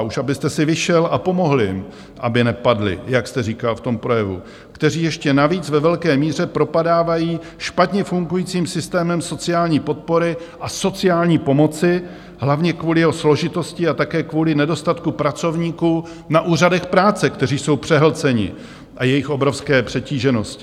Už abyste si vyšel a pomohl jim, aby nepadli, jak jste říkal v tom projevu, kteří ještě navíc ve velké míře propadávají špatně fungujícím systémem sociální podpory a sociální pomoci hlavně kvůli jeho složitosti a také kvůli nedostatku pracovníků na úřadech práce, kteří jsou přehlceni, a jejich obrovské přetíženosti.